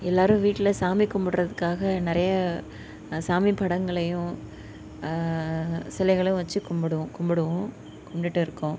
எல்லாரும் வீட்டில் சாமி கும்புடுறதுக்காக நிறைய சாமி படங்களையும் சிலைகளும் வச்சி கும்பிடுவோம் கும்பிடுவோம் கும்பிட்டுட்டு இருக்கோம்